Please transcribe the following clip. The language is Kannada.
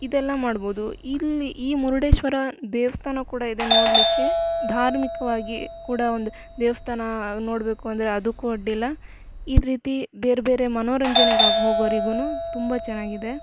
ಇದೆಲ್ಲ ಮಾಡ್ಬೋದು ಇಲ್ಲಿ ಈ ಮುರುಡೇಶ್ವರ ದೇವಸ್ಥಾನ ಕೂಡ ಇದೆ ನೋಡಲಿಕ್ಕೆ ಧಾರ್ಮಿಕವಾಗಿ ಕೂಡ ಒಂದು ದೇವಸ್ಥಾನ ನೋಡ್ಬೇಕು ಅಂದರೆ ಅದಕ್ಕೂ ಅಡ್ಡಿಯಿಲ್ಲ ಈ ರೀತಿ ಬೇರೆ ಬೇರೆ ಮನೋರಂಜನೆಗಾಗಿ ಹೋಗೋರಿಗೂನು ತುಂಬ ಚೆನಾಗಿದೆ